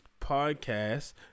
podcast